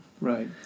Right